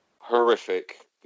Horrific